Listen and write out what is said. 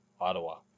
Ottawa